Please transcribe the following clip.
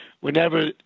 whenever